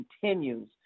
continues